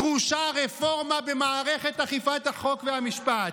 דרושה רפורמה במערכת אכיפת החוק והמשפט.